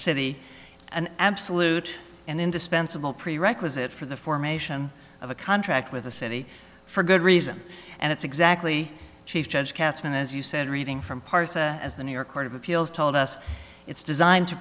city an absolute and indispensable prerequisite for the formation of a contract with the city for good reason and it's exactly chief judge katzman as you said reading from parsa as the new york court of appeals told us it's designed to